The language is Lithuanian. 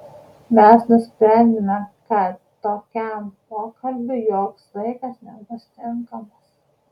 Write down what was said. mes nusprendėme kad tokiam pokalbiui joks laikas nebus tinkamas